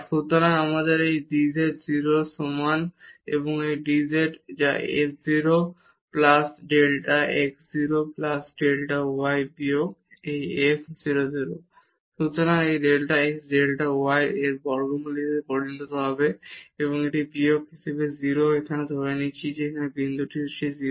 সুতরাং আমাদের এই dz 0 এর সমান এবং এই ডেল্টা z যা f 0 plus delta x 0 plus delta y বিয়োগ এই f 0 0 সুতরাং এটি ডেল্টা x ডেল্টা y এর বর্গমূল হিসাবে পরিণত হবে এবং এটি বিয়োগ 0 এখানে ধরে নিচ্ছি যে এই বিন্দুটি 0